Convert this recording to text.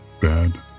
bad